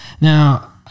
Now